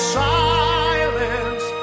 silence